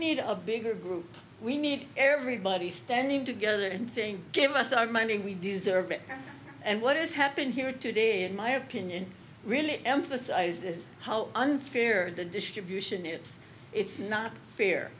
need of bigger group we need everybody standing together and saying give us our money we deserve it and what has happened here today in my opinion really emphasized this is how unfair the distribution is it's not fair